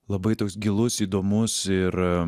labai toks gilus įdomus ir